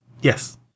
Yes